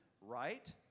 right